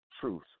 truth